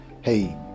hey